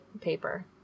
paper